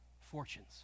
fortunes